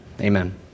amen